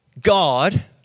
God